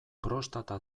prostata